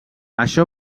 això